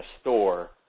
store